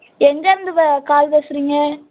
எங்கேயிருந்து வே கால் பேசுகிறிங்க